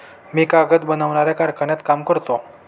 मी कागद बनवणाऱ्या कारखान्यात काम करतो